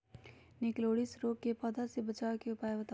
निककरोलीसिस रोग से पौधा के बचाव के उपाय बताऊ?